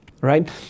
right